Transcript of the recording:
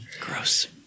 Gross